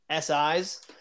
SIs